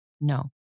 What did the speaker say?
No